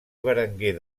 berenguer